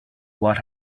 what